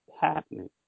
happening